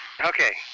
Okay